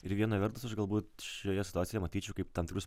ir viena vertus aš galbūt šioje situacijoje matyčiau kaip tam tikrus